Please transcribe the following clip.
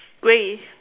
grey